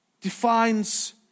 defines